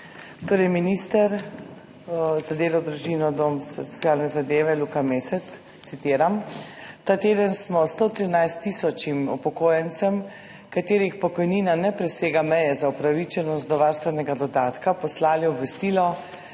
torej minister za delo, družino, socialne zadeve Luka Mesec, citiram: »Ta teden smo 113.000 upokojencem, katerih pokojnina ne presega meje za upravičenost do varstvenega dodatka, poslali obvestilo,